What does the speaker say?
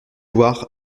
pouvoir